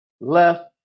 left